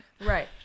Right